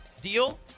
Deal